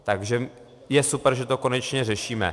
Takže je super, že to konečně řešíme.